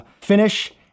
finish